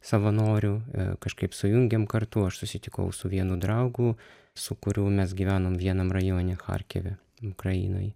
savanorių kažkaip sujungėm kartu aš susitikau su vienu draugu su kuriu mes gyvenom vienam rajone charkive ukrainoj